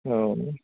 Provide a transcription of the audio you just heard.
औ